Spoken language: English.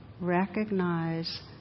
recognize